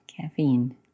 caffeine